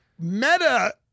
Meta